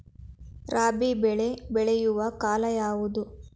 ರಾಬಿ ಬೆಳೆ ಬೆಳೆಯುವ ಕಾಲ ಯಾವುದು?